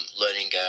learning